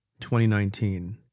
2019